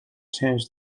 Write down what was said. changed